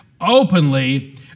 openly